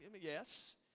Yes